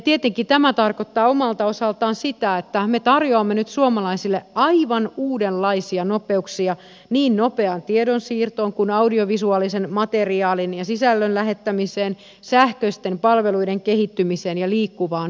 tietenkin tämä tarkoittaa omalta osaltaan sitä että me tarjoamme nyt suomalaisille aivan uudenlaisia nopeuksia niin nopeaan tiedonsiirtoon kuin audiovisuaalisen materiaalin ja sisällön lähettämiseen sähköisten palveluiden kehittymiseen ja liikkuvaan kuvaan